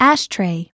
Ashtray